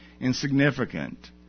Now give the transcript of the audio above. insignificant